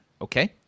Okay